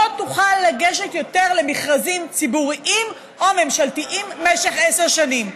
לא תוכל לגשת יותר למכרזים ציבוריים או ממשלתיים במשך עשר שנים.